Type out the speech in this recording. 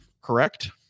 correct